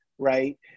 right